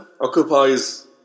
occupies